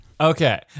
Okay